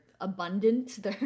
abundant